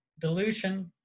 Dilution